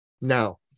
Now